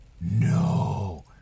no